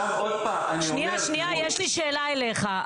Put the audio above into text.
יש לי שאלה אליך.